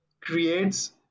creates